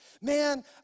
Man